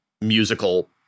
musical